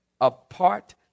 apart